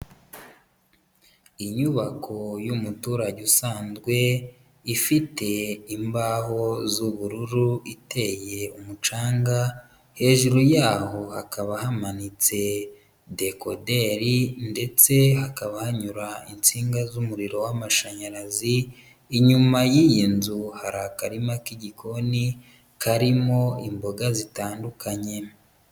Inyubako y'umuturage usanzwe ifite imbaho z'ubururu, iteye umucanga hejuru yaho hakaba hamanitse dekoderi ndetse hakaba hanyura insinga z'umuriro w'amashanyarazi, inyuma y'iyi nzu hari akarima k'igikoni karimo imboga zitandukanye.